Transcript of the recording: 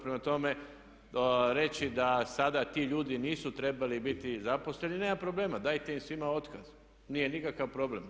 Prema tome reći da sada ti ljudi nisu trebali biti zaposleni, nema problema, dajte im svima otkaz, nije nikakav problem.